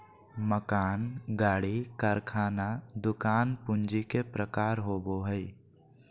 मकान, गाड़ी, कारखाना, दुकान पूंजी के प्रकार होबो हइ